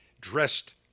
dressed